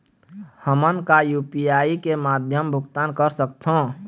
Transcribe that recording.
हमन का यू.पी.आई के माध्यम भुगतान कर सकथों?